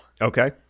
Okay